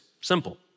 simple